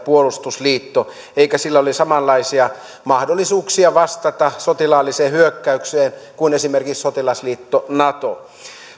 puolustusliitto eikä sillä ole samanlaisia mahdollisuuksia vastata sotilaalliseen hyökkäykseen kuin esimerkiksi sotilasliitto natolla